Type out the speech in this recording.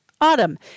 autumn